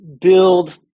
build